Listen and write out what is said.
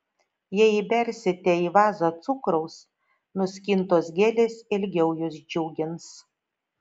jei įbersite į vazą cukraus nuskintos gėlės ilgiau jus džiugins